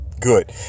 Good